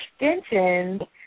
extensions